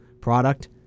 product